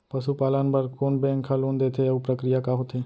पसु पालन बर कोन बैंक ह लोन देथे अऊ प्रक्रिया का होथे?